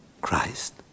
Christ